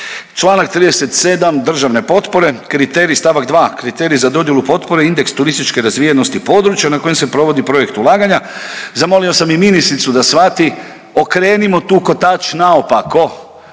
Čl. 37., državne potpore, kriterij st. 2., kriterij za dodjelu potpore i indeks turističke razvijenosti području na kojem se provodi projekt ulaganja. Zamolio sam i ministricu da shvati, okrenimo tu kotač naopako,